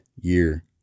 year